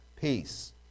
peace